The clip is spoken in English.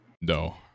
No